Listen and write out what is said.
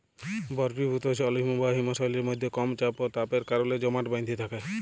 বরফিভুত জল হিমবাহ হিমশৈলের মইধ্যে কম চাপ অ তাপের কারলে জমাট বাঁইধ্যে থ্যাকে